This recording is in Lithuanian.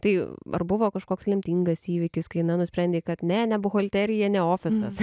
tai ar buvo kažkoks lemtingas įvykis kai na nusprendei kad ne ne buhalterija ne ofisas